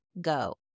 go